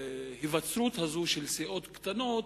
ההיווצרות הזאת של סיעות קטנות,